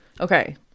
Okay